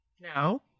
now